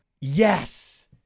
yes